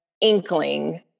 inkling